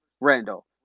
Randall